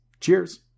Cheers